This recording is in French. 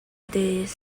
des